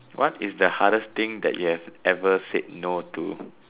what is the hardest thing that you have ever said no to